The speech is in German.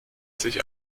sich